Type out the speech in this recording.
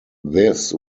this